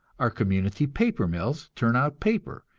our community paper mills turn out paper,